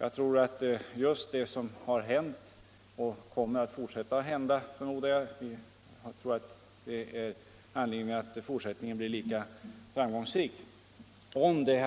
Jag tror att om det som har redovisats i utskottet liksom den fortsatta utfrågningen i